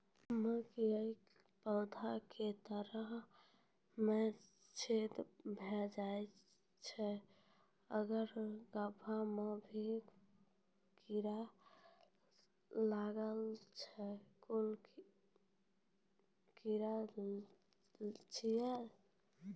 मकयक पौधा के तना मे छेद भो जायत छै आर गभ्भा मे भी कीड़ा लागतै छै कून कीड़ा छियै?